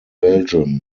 belgium